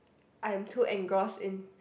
I'm too engrossed in